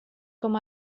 com